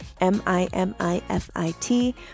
M-I-M-I-F-I-T